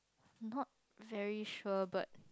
not very sure but